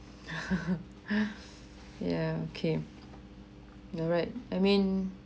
yeah okay you're right I mean